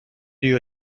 you